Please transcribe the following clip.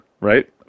right